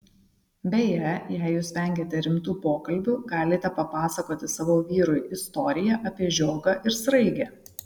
beje jei jūs vengiate rimtų pokalbių galite papasakoti savo vyrui istoriją apie žiogą ir sraigę